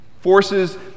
forces